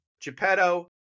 Geppetto